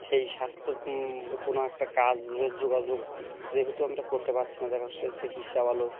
সেই স্বাস্থ্যর কোনো একটা কাজ যোগাযোগ যেহেতু আমরা করতে পারছি না দেখা যাচ্ছে চিকিৎসা বল